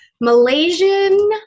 Malaysian